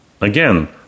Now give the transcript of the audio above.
Again